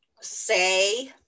say